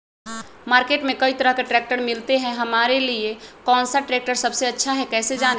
Market में कई तरह के ट्रैक्टर मिलते हैं हमारे लिए कौन सा ट्रैक्टर सबसे अच्छा है कैसे जाने?